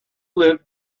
live